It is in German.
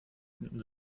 finden